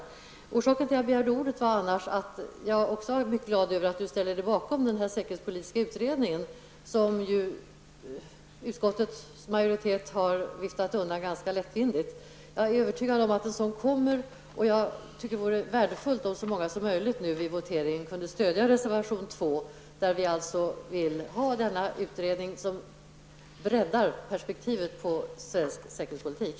Anledningen till att jag begärde ordet var egentligen att jag blev glad över att Ingela Mårtensson ställde sig bakom den säkerhetspolitiska utredningen som utskottsmajoriteten har viftat undan ganska lättvindigt. Jag är övertygad om att en sådan kommer, och jag tycker att det vore värdefullt om så många som möjligt vid votering kunde stödja reservation 2, där vi vill ha en utredning som breddar perspektivet på svensk säkerhetspolitik.